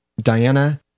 Diana